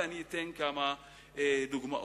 ואתן כמה דוגמאות.